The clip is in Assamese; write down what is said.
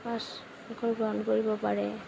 পাঠ কৰিব গ্ৰহণ কৰিব পাৰে